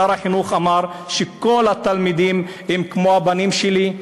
שר החינוך אמר: כל התלמידים הם כמו הבנים שלי,